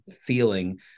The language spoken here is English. feeling